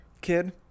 kid